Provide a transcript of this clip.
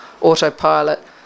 autopilot